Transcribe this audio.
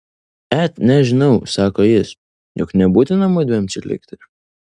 et nežinau sako jis juk nebūtina mudviem čia likti